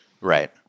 Right